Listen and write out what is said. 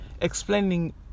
explaining